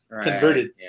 converted